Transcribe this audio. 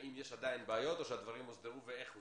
האם יש עדיין בעיות או שהדברים הוסדרו ואיך הוסדרו.